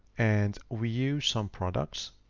and we use some products,